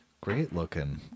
Great-looking